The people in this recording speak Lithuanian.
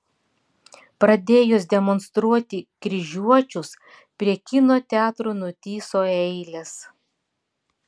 pradėjus demonstruoti kryžiuočius prie kino teatrų nutįso eilės